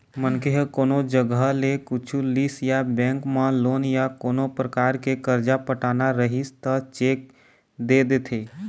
मनखे ह कोनो जघा ले कुछु लिस या बेंक म लोन या कोनो परकार के करजा पटाना रहिस त चेक दे देथे